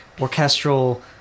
orchestral